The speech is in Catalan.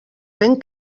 vent